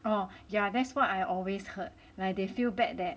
oh yeah that's what I always heard like they feel bad that